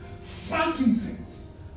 frankincense